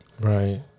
Right